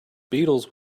beatles